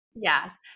Yes